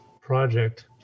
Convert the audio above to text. project